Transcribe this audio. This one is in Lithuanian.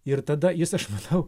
ir tada jis aš manau